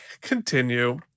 continue